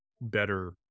better